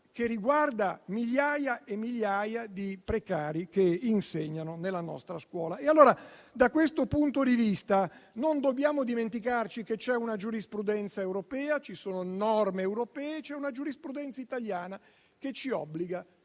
che riguarda migliaia e migliaia di precari che insegnano nella nostra scuola. Da questo punto di vista, allora, non dobbiamo dimenticarci che ci sono una giurisprudenza europea, norme europee e una giurisprudenza italiana, che ci obbliga